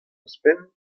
ouzhpenn